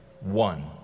one